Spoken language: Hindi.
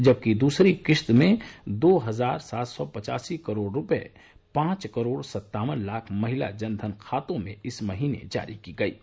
जबकि दूसरी किश्त में दो हजार सात सौ पचासी करोड रूपये पांच करोड सत्तावन लाख महिला जनधन खातों में इस महीने जारी की गई है